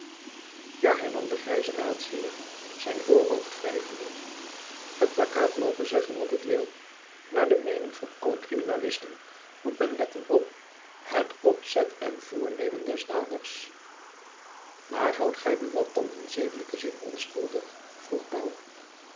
ja hernam de grijze raadsheer zijn voorhoofd wrijvende het plakkaat moge zeggen wat het wil naar de meening van alle kriminalisten moet men letten op de animum et intentionem operantis maar houdt gy buat dan in zedelijken zin onschuldig vroeg pauw